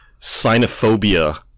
sinophobia